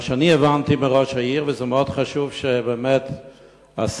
מה שאני הבנתי מראש העיר, וזה מאוד חשוב שבאמת השר